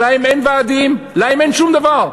להם אין ועדים, להם אין שום דבר.